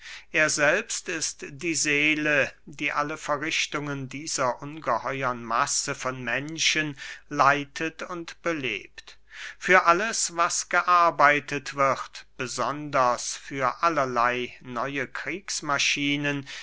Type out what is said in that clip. er selbst ist die seele die alle verrichtungen dieser ungeheuern masse von menschen leitet und belebt für alles was gearbeitet wird besonders für allerley neue